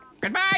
Goodbye